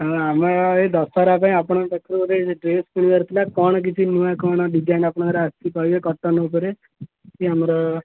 ହଁ ଆମେ ଏ ଦଶହରା ପାଇଁ ଆପଣଙ୍କ ପାଖରୁ ଗୋଟେ ଡ୍ରେସ୍ କିଣିବାର ଥିଲା କ'ଣ କିଛି ନୂଆ କ'ଣ ଡିଜାଇନ୍ ଆପଣଙ୍କର ଆସିପାରିବେ କଟନ୍ ଉପରେ କି ଆମର